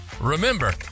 Remember